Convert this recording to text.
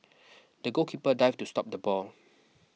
the goalkeeper dived to stop the ball